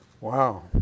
Wow